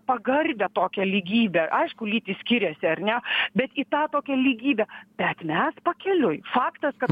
pagarbią tokią lygybę aišku lytys skiriasi ar ne bet į tą tokią lygybę bet mes pakeliui faktas kad